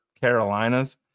Carolina's